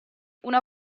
una